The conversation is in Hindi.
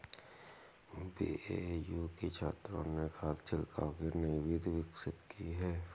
बी.ए.यू के छात्रों ने खाद छिड़काव की नई विधि विकसित की है